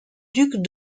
duc